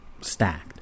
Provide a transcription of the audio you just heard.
stacked